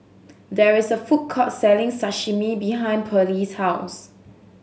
there is a food court selling Sashimi behind Pearley's house